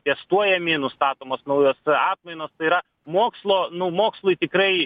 testuojami nustatomos naujos atmainos tai yra mokslo nu mokslui tikrai